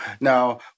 Now